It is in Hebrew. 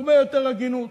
והרבה יותר הגינות,